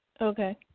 Okay